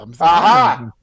Aha